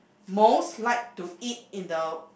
most like to eat in the